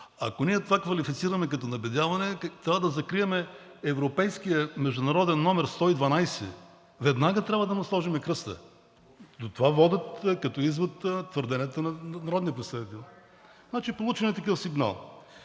Ако ние това квалифицираме като набедяване, трябва да закрием европейския международен номер 112, веднага трябва да му сложим кръста. До това водят като извод твърденията на народния представител. Значи, получен е такъв сигнал.